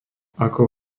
ako